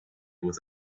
with